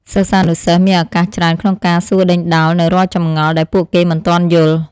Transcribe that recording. សិស្សានុសិស្សមានឱកាសច្រើនក្នុងការសួរដេញដោលនូវរាល់ចម្ងល់ដែលពួកគេមិនទាន់យល់។